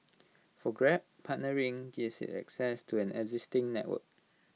for grab partnering gives IT access to an existing network